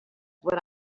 what